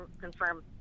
confirm